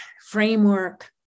framework